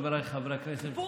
חבריי חברי הכנסת,